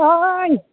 ओइ